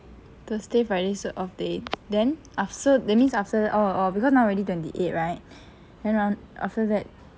thursday friday 是 off day then after that means after orh orh because already twenty eight right then 然 after that